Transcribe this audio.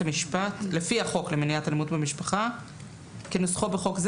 המשפט לפי החוק למניעת אלימות במשפחה כנוסחו בחוק זה,